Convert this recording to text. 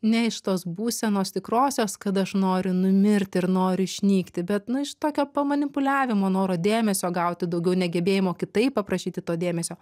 ne iš tos būsenos tikrosios kad aš noriu numirt ir noriu išnykti bet nu iš tokio pamanipuliavimo noro dėmesio gauti daugiau negebėjimo kitaip paprašyti to dėmesio